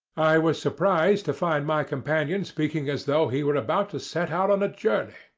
i was surprised to find my companion speaking as though he were about to set out on a journey,